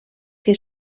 que